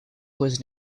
was